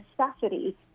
necessity